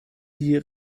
die